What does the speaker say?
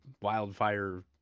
wildfire